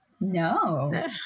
No